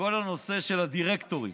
בכל הנושא של הדירקטורים.